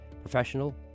Professional